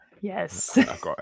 yes